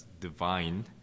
divine